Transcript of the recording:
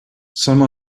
some